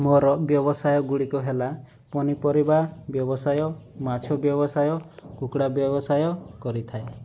ମୋ'ର ବ୍ୟବସାୟ ଗୁଡ଼ିକ ହେଲା ପନିପରିବା ବ୍ୟବସାୟ ମାଛ ବ୍ୟବସାୟ କୁକୁଡ଼ା ବ୍ୟବସାୟ କରିଥାଏ